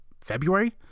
February